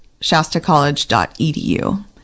shastacollege.edu